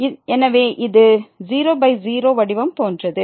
எனவே இது 00 வடிவம் போன்றது